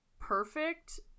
perfect